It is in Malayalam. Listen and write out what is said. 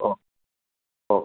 ഓ ഓ